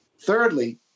Thirdly